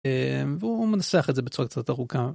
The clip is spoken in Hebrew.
הוא מנסח את זה בצורה קצת ארוכה.